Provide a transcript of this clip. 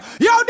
Yo